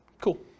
Cool